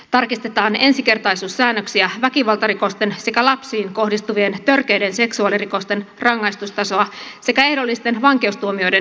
tarkistetaan ensikertaisuussäännöksiä väkivaltarikosten sekä lapsiin kohdistuvien törkeiden seksuaalirikosten rangaistustasoa sekä ehdollisten vankeustuomioiden tehostamismahdollisuuksia